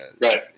right